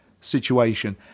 situation